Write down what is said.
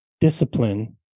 discipline